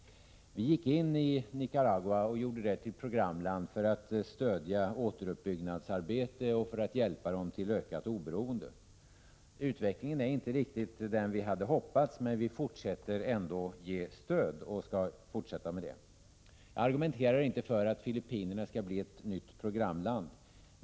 Vi gick in i Nicaragua och gjorde det till programland för att stödja återuppbyggnadsarbetet och för att hjälpa Nicaragua till ökat oberoende. Utvecklingen där är inte riktigt den vi hade hoppats, men vi fortsätter ändå att ge stöd och skall fortsätta med det. Jag argumenterar inte för att Filippinerna skall bli ett nytt programland.